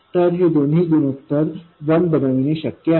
तर हे दोन्ही गुणोत्तर 1 बनवणे शक्य आहे